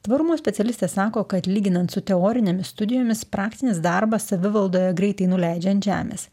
tvarumo specialistė sako kad lyginant su teorinėmis studijomis praktinis darbas savivaldoje greitai nuleidžia ant žemės